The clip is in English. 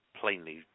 Plainly